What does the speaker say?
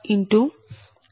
02j0